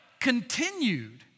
continued